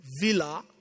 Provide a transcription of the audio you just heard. villa